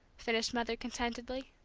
finished mother, contentedly.